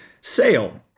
Sale